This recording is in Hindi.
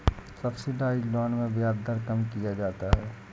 सब्सिडाइज्ड लोन में ब्याज दर कम किया जाता है